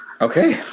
Okay